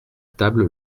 table